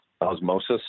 osmosis